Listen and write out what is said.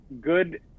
good